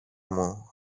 μου